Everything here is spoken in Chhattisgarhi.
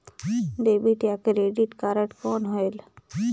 डेबिट या क्रेडिट कारड कौन होएल?